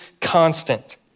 constant